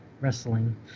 wrestling